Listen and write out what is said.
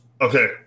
Okay